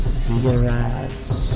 cigarettes